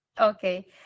okay